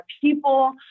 people